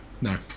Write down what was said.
no